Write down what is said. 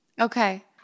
okay